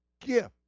gift